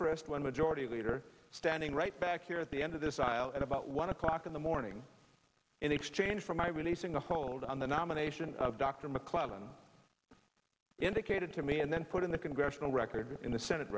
frist when majority leader standing right back here at the end of this while at about one o'clock in the morning in exchange for my releasing a hold on the nomination of dr mcclellan indicated to me and then put in the congressional record in the senate